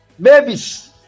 babies